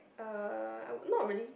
uh I'm not a really